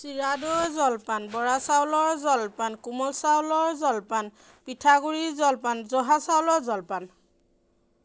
চিৰা দৈৰ জলপান বৰা চাউলৰ জলপান কোমল চাউলৰ জলপান পিঠাগুড়িৰ জলপান জহা চাউলৰ জলপান